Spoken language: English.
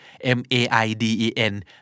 M-A-I-D-E-N